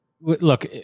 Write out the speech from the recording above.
Look